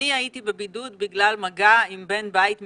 אני הייתי בבידוד בגלל מגע עם בן בית מאומת.